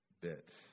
bit